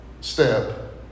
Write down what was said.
step